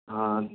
ஆஆ